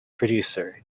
producer